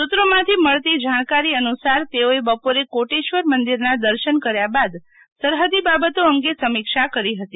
સુત્રોમાંથી મળતી જાણકારી અનુસાર તેઓએ બપોરે કોટેશ્વર મંદિરનાં દર્શન કર્યા બાદ સરહદી બાબતો અંગે સમીક્ષા કરી હતી